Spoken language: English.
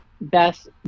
best